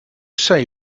say